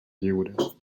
lliures